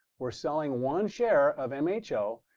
we're selling one share of mho,